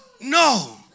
no